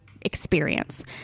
experience